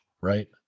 right